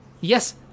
Yes